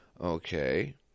okay